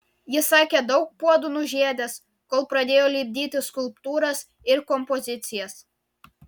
jis sakė daug puodų nužiedęs kol pradėjo lipdyti skulptūras ir kompozicijas